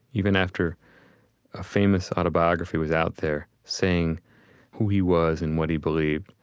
even after a famous autobiography was out there saying who he was and what he believed.